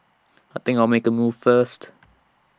I think I'll make A move first